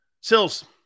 Sills